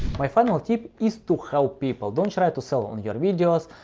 my final tip is to help people. don't try to sell on your videos.